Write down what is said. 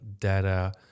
data